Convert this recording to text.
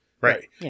Right